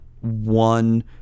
one